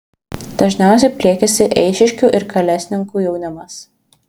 dažniausiai pliekiasi eišiškių ir kalesninkų jaunimas